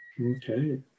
Okay